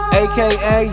aka